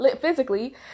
physically